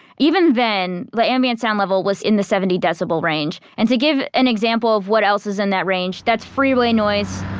even then, the ambient level was in the seventy decibel range and to give an example of what else is in that range, that's freeway noise,